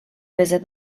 visit